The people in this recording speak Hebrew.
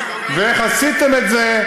ואיך עשיתם את זה,